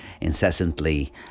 incessantly